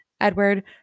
Edward